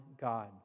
God